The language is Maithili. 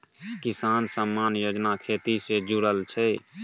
किसान सम्मान योजना खेती से जुरल छै